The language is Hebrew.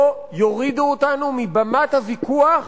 לא ישתיקו אותנו, ולא יורידו אותנו מבמת הוויכוח